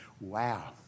Wow